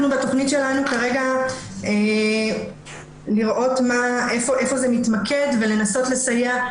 התוכנית שלנו היא לראות איפה זה מתמקד ולנסות לסייע.